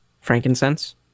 Frankincense